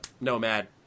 Nomad